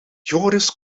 joris